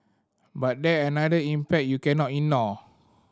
but there another impact you cannot ignore